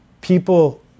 people